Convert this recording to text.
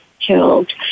killed